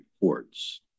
reports